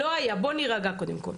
לא היה, בואו נירגע קודם כל.